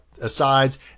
asides